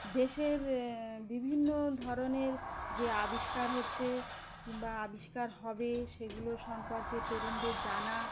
দেশের এ বিভিন্ন ধরনের যে আবিষ্কার হচ্ছে কিংবা আবিষ্কার হবে সেগুলো সম্পর্কে তরুণদের জানা